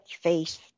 face